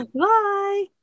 Bye